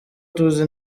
tuzi